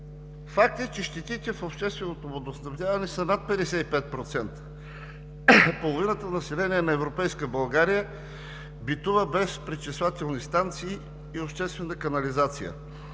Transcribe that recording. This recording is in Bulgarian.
Факт е, че щетите в общественото водоснабдяване са над 55%, половината население на европейска България битува без пречиствателни станции и обществена канализация.